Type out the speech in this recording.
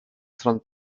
strony